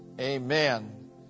amen